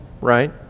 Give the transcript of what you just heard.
right